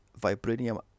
Vibranium